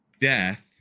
death